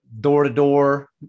door-to-door